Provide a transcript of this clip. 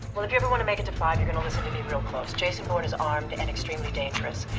well, if you ever wanna make it to five, you're gonna listen to me real close. jason bourne is armed and extremely dangerous.